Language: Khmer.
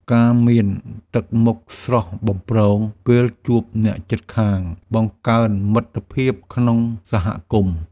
ការមានទឹកមុខស្រស់បំព្រងពេលជួបអ្នកជិតខាង បង្កើនមិត្តភាពក្នុងសហគមន៍។